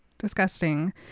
disgusting